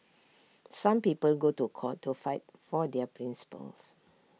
some people go to court to fight for their principles